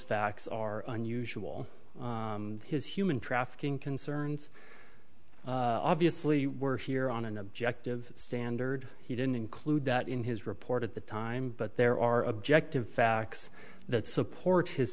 facts are unusual his human trafficking concerns obviously were here on an objective standard he didn't include that in his report at the time but there are objective facts that support his